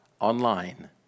online